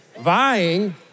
vying